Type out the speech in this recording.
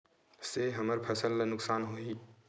से हमर फसल ला नुकसान होही?